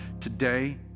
Today